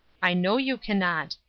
i know you can not.